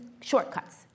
shortcuts